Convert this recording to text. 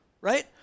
right